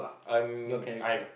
um I